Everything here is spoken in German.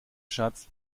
schatz